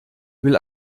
will